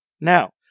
Now